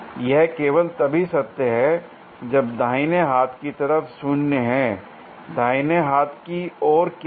यह केवल तभी सत्य है जब दाहिने हाथ की तरफ 0 है l दाहिने हाथ की और क्या है